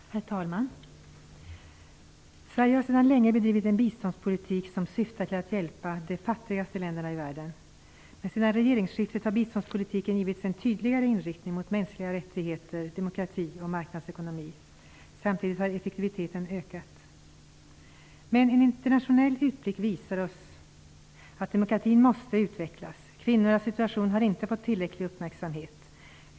Herr talman! Sverige har sedan länge bedrivit en biståndspolitik som syftar till att hjälpa de fattigaste länderna i världen. Sedan regeringsskiftet har biståndspolitiken givits en tydligare inriktning mot mänskliga rättigheter, demokrati och marknadsekonomi. Samtidigt har effektiviteten ökat. En internationell utblick visar oss att demokratin måste utvecklas. Kvinnornas situation har inte fått tillräcklig uppmärksamhet.